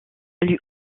lui